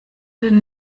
den